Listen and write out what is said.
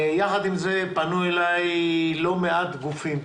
יחד עם זאת, פנו אלי לא מעט גופים,